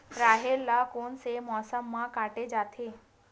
राहेर ल कोन से मौसम म काटे जाथे?